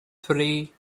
three